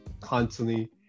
constantly